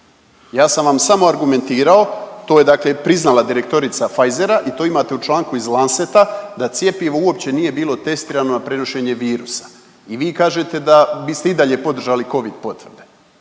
Ja sam vam samo argumentirao, to je dakle priznala direktorica Pfisera i to imate u članku iz Landsata da cjepivo uopće nije bilo testirano na prenošenje virusa. I vi kažete da biste i dalje podržali covid potvrde.